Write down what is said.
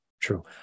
True